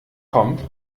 kommt